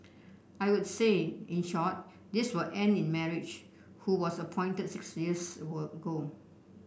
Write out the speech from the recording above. I would say in short this will end in marriage who was appointed six were ago